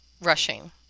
rushing